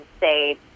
say